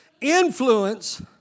Influence